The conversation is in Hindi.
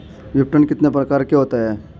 विपणन कितने प्रकार का होता है?